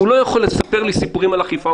הוא לא יכול לספר לי סיפורים על אכיפה.